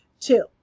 Two